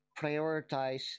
prioritize